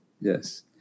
yes